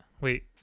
wait